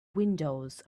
windows